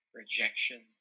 rejection